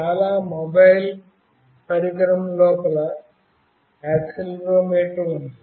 చాలా మొబైల్ పరికరం లోపల ఈ యాక్సిలెరోమీటర్ ఉంది